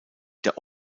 der